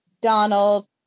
Donald